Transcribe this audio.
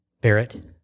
Barrett